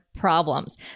problems